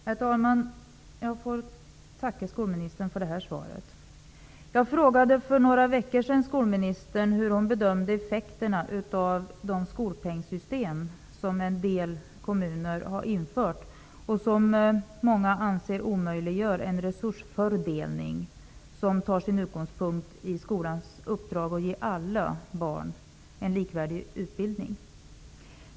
Herr talman! Jag får tacka skolministern för det här svaret. För några veckor sedan frågade jag skolministern hur hon bedömde effekterna av de skolpengssystem som en del kommuner har infört och som många anser omöjliggör en resursfördelning som har sin utgångspunkt i skolans uppdrag att ge alla barn en likvärdig utbildning.